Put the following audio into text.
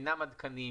אינם עדכניים,